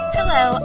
Hello